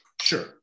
sure